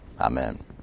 Amen